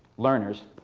learners,